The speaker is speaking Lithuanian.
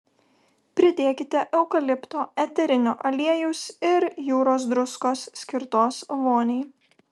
pridėkite eukalipto eterinio aliejaus ir jūros druskos skirtos voniai